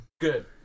Good